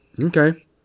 Okay